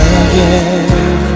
again